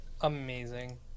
amazing